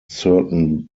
certain